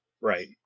Right